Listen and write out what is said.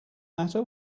matter